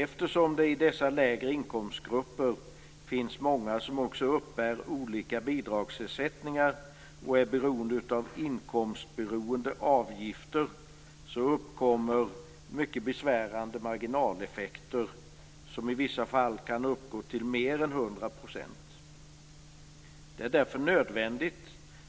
Eftersom det i dessa grupper med lägre inkomster finns många som också uppbär olika bidragsersättningar och är beroende av inkomstberoende avgifter uppkommer mycket besvärande marginaleffekter som i vissa fall kan uppgå till mer än hundra procent. Det är därför nödvändigt